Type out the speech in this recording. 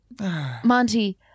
Monty